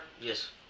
Yes